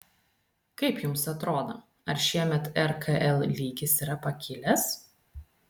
kaip jums atrodo ar šiemet rkl lygis yra pakilęs